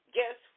Guess